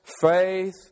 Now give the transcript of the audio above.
faith